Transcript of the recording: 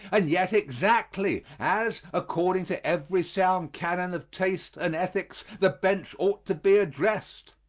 and yet exactly as, according to every sound canon of taste and ethics, the bench ought to be addressed.